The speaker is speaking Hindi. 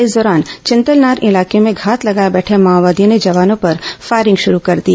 इस दौरान चिंतलनार इलाके में घात लगाए बैठे माओवादियों ने जवानों पर फायरिंग शुरू कर दी